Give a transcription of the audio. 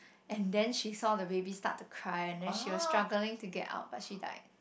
and then she saw the baby start to cry and then she was struggling to get out but she died